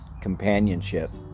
companionship